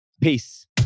Peace